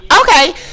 okay